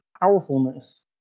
powerfulness